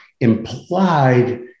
implied